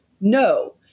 No